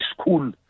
school